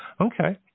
Okay